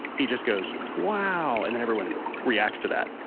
he just goes, wow. and then, everyone reacts to that